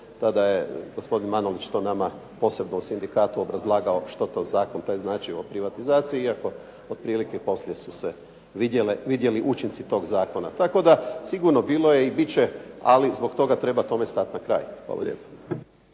tada je gospodin Manolić to nama posebno u sindikatu obrazlagao što to zakon taj znači o privatizaciji iako otprilike poslije su se vidjeli učinci tog zakona. Tako da sigurno bilo je i bit će ali zbog toga treba tome stati na kraj. Hvala lijepo.